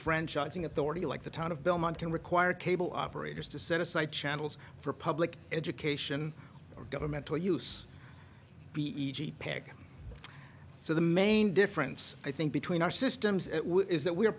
franchising authority like the town of belmont can require cable operators to set aside channels for public education or governmental use b e g peg so the main difference i think between our systems is that we are